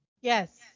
Yes